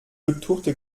betuchte